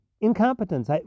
incompetence